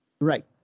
right